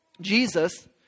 Jesus